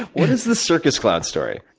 what is the circus clown story?